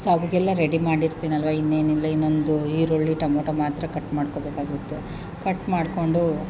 ಸಾಗುಗೆಲ್ಲ ready ಮಾಡಿರ್ತೀನಲ್ವಾ ಇನ್ನೇನಿಲ್ಲ ಇನ್ನೊಂದು ಈರುಳ್ಳಿ ಟೊಮೊಟೊ ಮಾತ್ರ ಕಟ್ ಮಾಡ್ಕೊಳ್ಬೇಕಾಗಿರುತ್ತೆ ಕಟ್ ಮಾಡಿಕೊಂಡು